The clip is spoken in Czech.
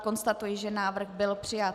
Konstatuji, že návrh byl přijat.